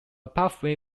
pathway